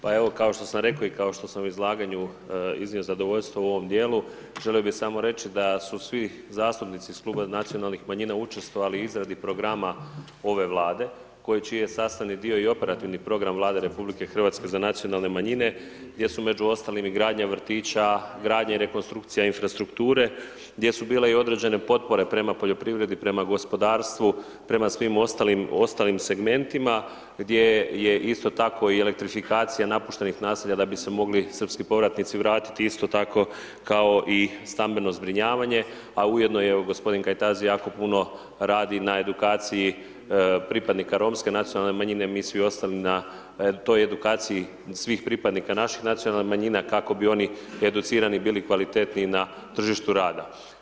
Pa evo, kao što sam rekao i kao što sam u izlaganju iznio zadovoljstvo u ovom dijelu, želio bi samo reći da su svi zastupnici iz Kluba nacionalnih manjina učestvovali u izradi programa ove Vlade čiji je sastavni dio i operativni program Vlade RH za nacionalne manjine gdje su među ostalim i gradnja vrtića, gradnja i rekonstrukcija infrastrukture, gdje su bile i određene potpore prema poljoprivredi, prema gospodarstvu, prema svim ostalim segmentima, gdje je isto tako i elektrifikacija napuštenih naselja da bi se mogli srpski povratnici vratiti isto tako kao i stambeno zbrinjavanje, a ujedno je, evo i g. Kajtazi jako puno radi na edukaciji pripadnika romske nacionalne manjine, mi svi ostali na toj edukaciji svih pripadnika naših nacionalnih manjina kako bi oni educirani bili kvalitetniji na tržištu rada.